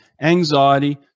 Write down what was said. anxiety